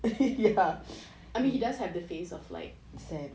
I mean he does have the face of like